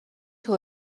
توی